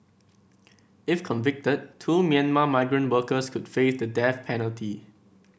if convicted two Myanmar migrant workers could face the death penalty